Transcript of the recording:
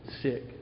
sick